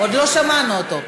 עוד לא שמענו אותו.